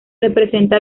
representa